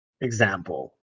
example